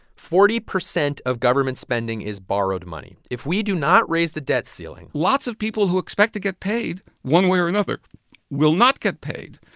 forty percent of government spending is borrowed money. if we do not raise the debt ceiling. lots of people who expect to get paid one way or another will not get paid.